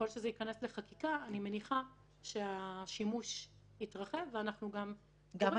אני מניחה שהשימוש יתרחב ככל שזה ייכנס לחקיקה,